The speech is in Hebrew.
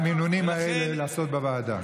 את המינונים האלה לעשות בוועדה.